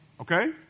okay